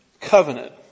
covenant